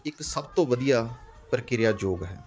ਇੱਕ ਸਭ ਤੋਂ ਵਧੀਆ ਪ੍ਰਕਿਰਿਆ ਯੋਗ ਹੈ